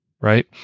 right